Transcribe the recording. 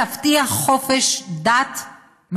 תבטיח חופש דת,